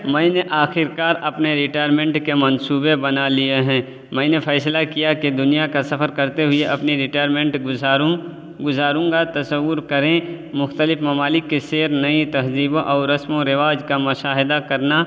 میں نے آخرکار اپنے ریٹائرمنٹ کے منصوبے بنا لیے ہیں میں نے فیصلہ کیا کہ دنیا کا سفر کرتے ہوئے اپنی ریٹائرمنٹ گزاروں گزاروںگا تصور کریں مختلف ممالک کی سیر نئی تہذیبوں اور رسم و راج کا مشاہدہ کرنا